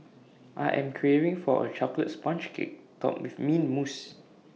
I am craving for A Chocolate Sponge Cake Topped with Mint Mousse